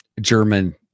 German